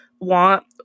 want